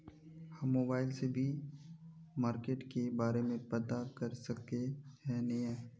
हम मोबाईल से भी मार्केट के बारे में पता कर सके है नय?